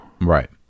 Right